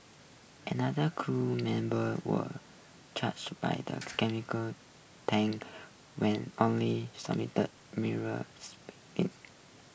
another crew member was charge by those chemical tanker when only sustained minor